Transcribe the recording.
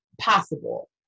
possible